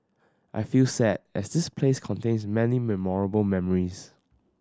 I feel sad as this place contains many memorable memories